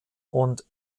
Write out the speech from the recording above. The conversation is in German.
und